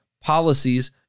policies